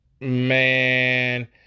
Man